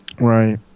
right